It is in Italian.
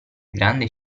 grande